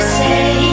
say